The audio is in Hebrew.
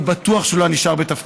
אני בטוח שהוא לא היה נשאר בתפקידו.